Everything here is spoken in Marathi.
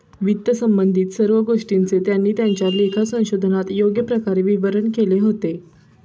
वित्तसंबंधित सर्व गोष्टींचे त्यांनी त्यांच्या लेखा संशोधनात योग्य प्रकारे विवरण केले होते